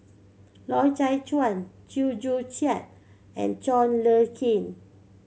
Loy Chye Chuan Chew Joo Chiat and John Le Cain